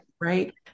Right